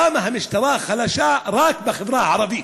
למה המשטרה חלשה רק בחברה הערבית?